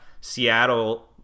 Seattle